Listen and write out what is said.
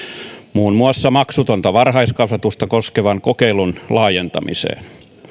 muun muassa maksutonta varhaiskasvatusta koskevan kokeilun laajentamiseen